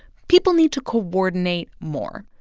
people need to coordinate more.